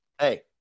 Hey